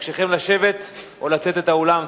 אבקשכם לשבת או לצאת מהאולם.